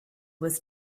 was